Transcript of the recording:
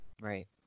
Right